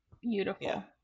beautiful